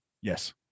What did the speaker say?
Yes